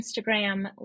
Instagram